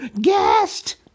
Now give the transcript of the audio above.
guessed